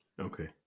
Okay